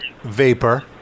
vapor